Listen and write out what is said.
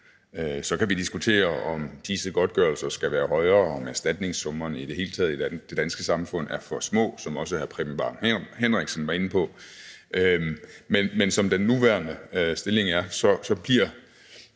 Så kan vi diskutere, om disse godtgørelser skal være højere, og om erstatningssummerne i det danske samfund i det hele taget er for små, som også hr. Preben Bang Henriksen var inde på. Men som den nuværende stilling er, får